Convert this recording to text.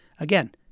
again